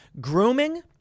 grooming